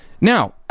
now